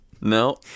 No